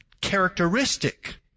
characteristic